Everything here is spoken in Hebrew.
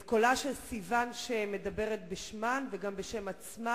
את קולה של סיוון שמדברת בשמן וגם בשם עצמה,